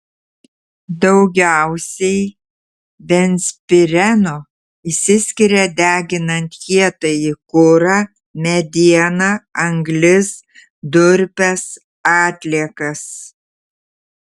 daugiausiai benzpireno išsiskiria deginant kietąjį kurą medieną anglis durpes atliekas